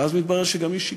ואז מתברר שגם היא שיקרה.